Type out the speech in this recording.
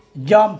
jump